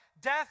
Death